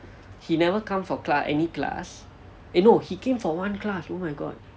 he never come for class any class eh no he came for one class oh my god